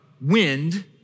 wind